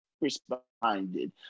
responded